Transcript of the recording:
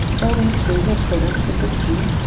all these foods are products of the sea?